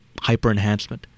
hyperenhancement